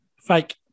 Fake